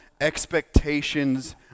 expectations